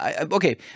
Okay